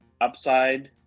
upside